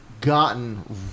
gotten